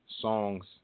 Songs